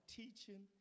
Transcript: teaching